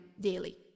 daily